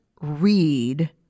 read